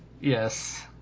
Yes